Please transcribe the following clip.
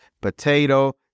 potato